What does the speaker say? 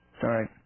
sorry